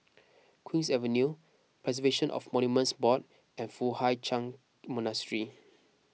Queen's Avenue Preservation of Monuments Board and Foo Hai Ch'an Monastery